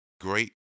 great